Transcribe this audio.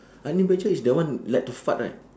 honey badger is the one like to fart right